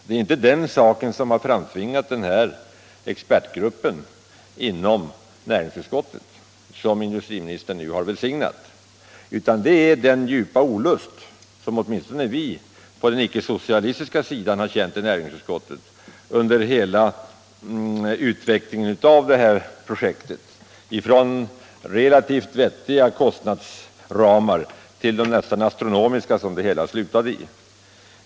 Det är inte heller den saken som har framtvingat den här expertgruppen inom näringsutskottet, som industriministern nu har välsignat, utan det är den djupa olust som åtminstone vi på den icke-socialistiska sidan har känt i näringsutskottet under hela utvecklingen av projektet från relativt vettiga kostnadsramar till de nästan astronomiska som det hela slutade i.